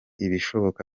ibishoboka